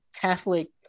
Catholic